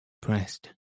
pressed